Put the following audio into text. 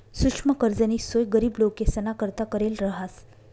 सुक्ष्म कर्जनी सोय गरीब लोकेसना करता करेल रहास